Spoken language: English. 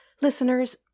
Listeners